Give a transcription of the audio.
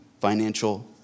financial